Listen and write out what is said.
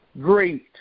great